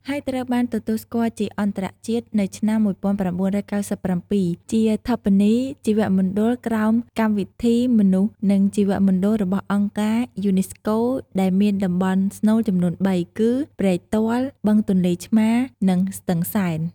ហើយត្រូវបានទទួលស្គាល់ជាអន្តរជាតិនៅឆ្នាំ ១៩៩៧ ជាឋបនីយជីវមណ្ឌលក្រោមកម្មវិធីមនុស្ស និងជីវមណ្ឌលរបស់អង្គការ UNESCO ដែលមានតំបន់ស្នូលចំនួន ៣ គឺ ព្រែកទាល់ បឹងទន្លេឆ្មារ និងស្ទឹងសែន។